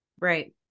right